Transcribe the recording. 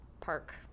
park